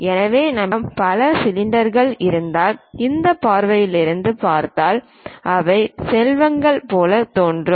எனவே நம்மிடம் பல சிலிண்டர்கள் இருந்தால் இந்த பார்வையில் இருந்து பார்த்தால் அவை செவ்வகங்கள் போல் தோன்றும்